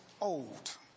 old